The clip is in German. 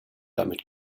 damit